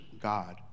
god